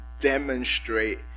demonstrate